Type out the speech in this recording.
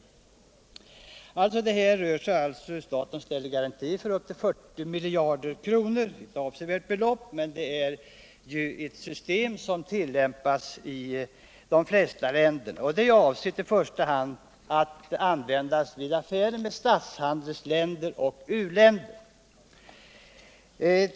Här rör det sig alltså om statsgarantier för exportkrediter på ett belopp av 40 miljarder kronor. Det är ett avsevärt belopp, men det är ett system som tillämpas i de flesta länder. I första hand är det avsett att användas i affärer med statshandelsländer och u-länder.